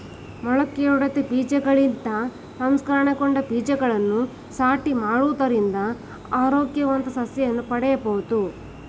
ಮೊಳಕೆಯೊಡೆದ ಬೀಜಗಳಿಗಿಂತ ಸಂಸ್ಕರಣೆಗೊಂಡ ಬೀಜಗಳನ್ನು ನಾಟಿ ಮಾಡುವುದರಿಂದ ಆರೋಗ್ಯವಂತ ಸಸಿಗಳನ್ನು ಪಡೆಯಬೋದು